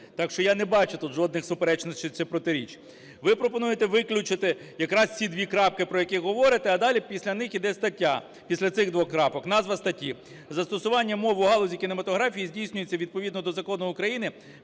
так що я не бачу тут жодних суперечностей чи протиріч. Ви пропонуєте виключити якраз ці дві крапки, про які говорите, а далі після них іде стаття, після цих двох крапок, назва статті: "Застосування мов у галузі кінематографії здійснюється відповідно до Закону України